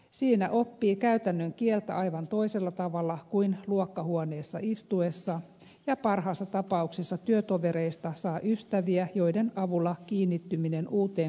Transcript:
siinä oppii käytännön kieltä aivan toisella tavalla kuin luokkahuoneessa istuessa ja parhaassa tapauksessa työtovereista saa ystäviä joiden avulla kiinnittyminen uuteen kotimaahan helpottuu